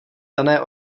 dané